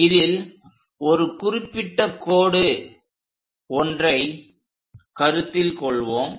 இதில் ஒரு குறிப்பிட்ட கோடு ஒன்றை கருத்தில் கொள்வோம்